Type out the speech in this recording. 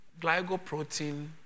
glycoprotein